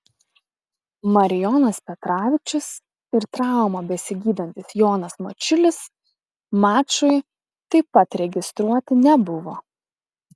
marijonas petravičius ir traumą besigydantis jonas mačiulis mačui taip pat registruoti nebuvo